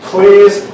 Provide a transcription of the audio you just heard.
Please